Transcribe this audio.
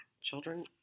children